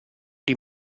die